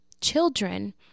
children